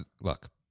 look